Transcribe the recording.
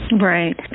Right